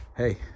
hey